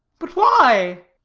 but why?